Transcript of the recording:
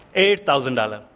eight thousand dollars.